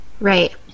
right